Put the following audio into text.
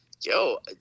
yo